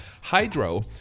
Hydro